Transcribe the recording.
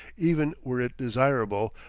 even were it desirable,